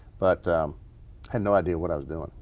but had no idea what i was doing.